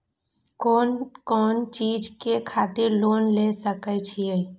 कोन कोन चीज के खातिर लोन ले सके छिए?